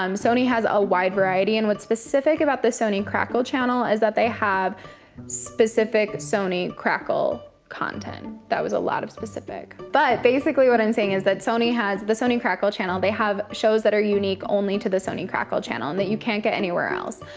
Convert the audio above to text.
um sony has a wide variety, and what's specific about the sony crackle channel is that they have specific sony crackle content. that was a lot of specific. but basically what i'm saying is that sony has, the sony crackle channel, they have shows that are unique only to the sony crackle channel, and that you can't get anywhere else.